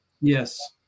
Yes